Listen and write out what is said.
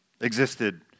existed